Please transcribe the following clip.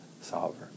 solver